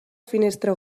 finestra